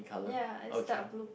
ya is dark blue